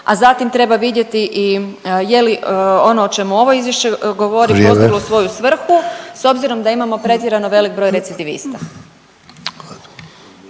a zatim treba vidjeti i je li ono o čemu ovo izvješće govori…/Upadica Sanader: Vrijeme/…postiglo svoju svrhu s obzirom da imamo pretjerano velik broj recidivista.